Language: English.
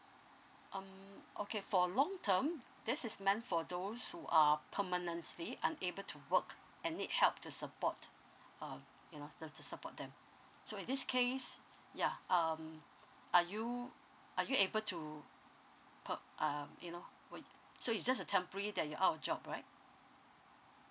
um okay for long term this is meant for those who are permanently unable to work and need help to support uh you know the to support them so in this case yeah um are you are you able to per~ uh you know will so it's just a temporarily that you're out of job right